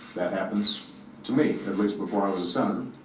that happens to me. at least before i was a senator.